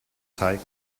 teig